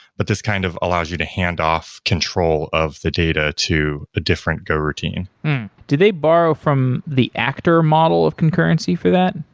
but this kind of allows you to handoff control of the data to a different go routine did they borrow from the actor model of concurrency for that?